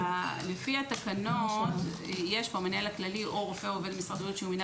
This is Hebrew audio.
לפי התקנות יש פה המנהל הכללי או רופא משרד הבריאות שמינה